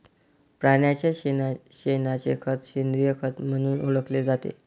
प्राण्यांच्या शेणाचे खत सेंद्रिय खत म्हणून ओळखले जाते